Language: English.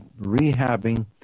rehabbing